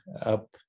up